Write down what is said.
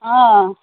हँ